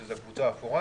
שזאת הקבוצה האפורה.